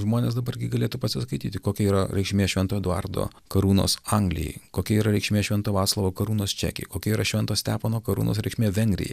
žmonės dabar gi galėtų pasiskaityti kokia yra reikšmė šventojo eduardo karūnos anglijai kokia yra reikšmė šventojo vaclovo karūnos čekijai kokia yra švento stepono karūnos reikšmė vengrijai